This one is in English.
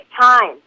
time